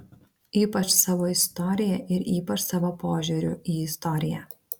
ypač savo istorija ir ypač savo požiūriu į istoriją